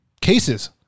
cases